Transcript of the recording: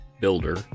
builder